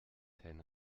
henne